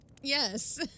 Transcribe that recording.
Yes